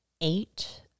eight